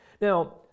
Now